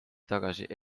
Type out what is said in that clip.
tagasi